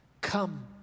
Come